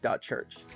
Church